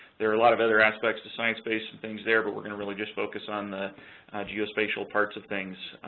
there are a lot of other aspects of sciencebase and things there but we're going to really just focus on the geospatial parts of things.